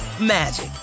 magic